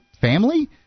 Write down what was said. family